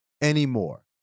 anymore